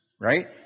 Right